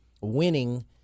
winning